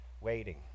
waiting